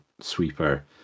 sweeper